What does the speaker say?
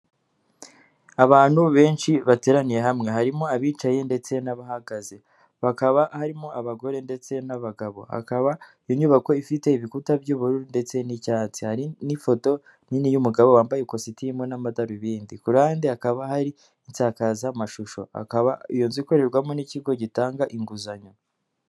Abantu benshi bateraniye hamwe, harimo abicaye ndetse n'abahagaze, bakaba harimo abagore ndetse n'abagabo, hakaba iyo inyubako ifite ibikuta by'ubururu ndetse n'icyatsi, hari n'ifoto nini y'umugabo wambaye ikositimu n'amadarubindi, ku ruhande hakaba hari insakazamashusho, iyo nzu ikorerwamo n'ikigo gitanga inguzanyo.